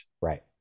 right